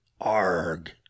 Arg